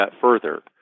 further